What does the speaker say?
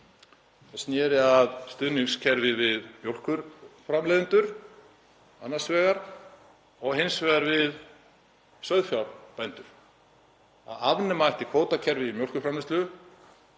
sem sneru að stuðningskerfi við mjólkurframleiðendur annars vegar og hins vegar við sauðfjárbændur, að afnema ætti kvótakerfið í mjólkurframleiðslu